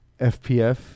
FPF